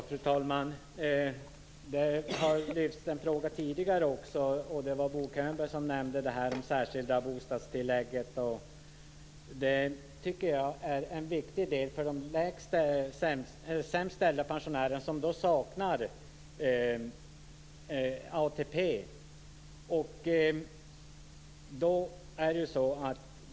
Fru talman! Det har också tidigare väckts en fråga i detta sammanhang. Det var Bo Könberg som nämnde det särskilda bostadstillägget. Det tycker jag är en viktig del för de sämst ställda pensionärerna, som saknar ATP.